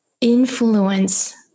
influence